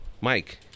Mike